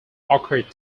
occurred